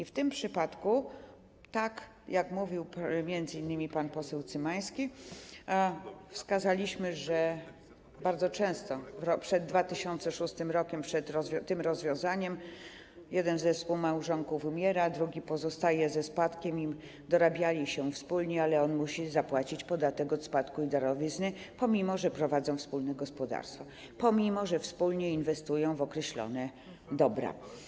W tym przypadku, tak jak mówił m.in. pan poseł Cymański, wskazaliśmy, że bardzo często przed 2006 r., przed tym rozwiązaniem, było tak: jeden ze współmałżonków umiera, drugi pozostaje ze spadkiem i mimo że dorabiali się wspólnie, musi zapłacić podatek od spadku i darowizny - pomimo że prowadzili wspólne gospodarstwo, pomimo że wspólnie inwestowali w określone dobra.